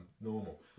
normal